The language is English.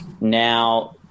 now